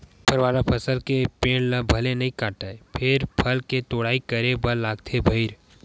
फर वाला फसल के पेड़ ल भले नइ काटय फेर फल के तोड़ाई करे बर लागथे भईर